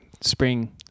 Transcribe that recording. spring